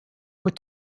what